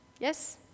Yes